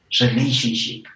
relationship